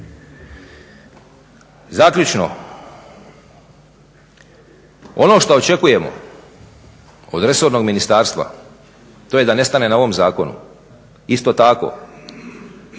Zaključno, ono što očekujemo od resornog ministarstva to je da ne staje na ovom zakonu. Isto tako